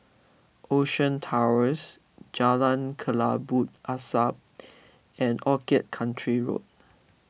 Ocean Towers Jalan Kelabu Asap and Orchid Country Road